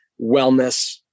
wellness